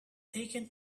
taken